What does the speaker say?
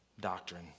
doctrine